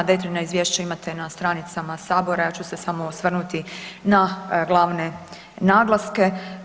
Detaljno izvješće imate na stranicama Sabora, ja ću se samo osvrnuti na glavne naglaske.